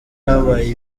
habaye